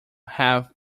have